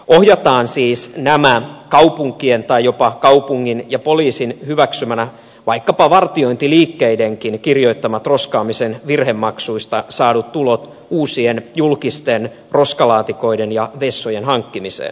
ohjataan siis nämä kaupunkien tai jopa kaupungin ja poliisin hyväksymänä vaikkapa vartiointiliikkeidenkin kirjoittamat roskaamisen virhemaksuista saadut tulot uusien julkisten roskalaatikoiden ja vessojen hankkimiseen